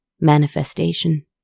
manifestation